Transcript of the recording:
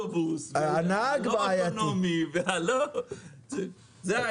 האוטובוס הלא אוטונומי זה העניין.